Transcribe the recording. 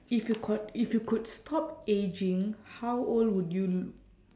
if you could if you could stop ageing how old would you l~